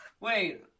Wait